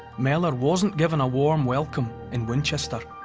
mellor wasn't given a warm welcome in winchester.